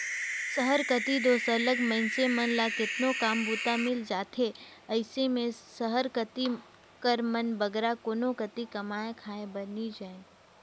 सहर कती दो सरलग मइनसे मन ल केतनो काम बूता मिल जाथे अइसे में सहर कती कर मन बगरा कोनो कती कमाए खाए बर नी जांए